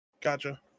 Gotcha